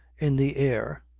in the air,